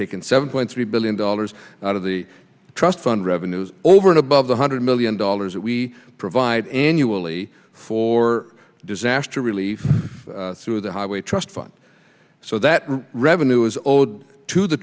taken seven point three billion dollars out of the trust fund revenues over and above the hundred million dollars that we provide annually for disaster relief through the highway trust fund so that revenue is owed to the